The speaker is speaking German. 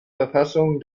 verfassungen